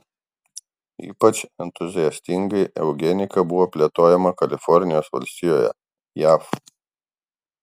ypač entuziastingai eugenika buvo plėtojama kalifornijos valstijoje jav